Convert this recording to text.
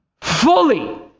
fully